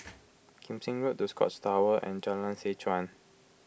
Kim Seng Road the Scotts Tower and Jalan Seh Chuan